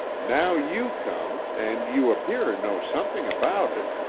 now you come, and you appear to know something about it,